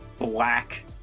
Black